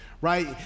Right